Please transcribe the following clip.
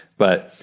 but